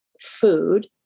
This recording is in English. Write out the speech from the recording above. food